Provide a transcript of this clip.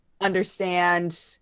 understand